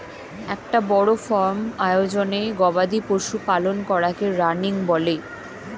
একটা বড় ফার্ম আয়োজনে গবাদি পশু পালন করাকে রানিং বলে